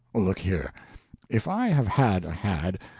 look here if i have had a had,